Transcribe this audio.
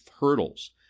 hurdles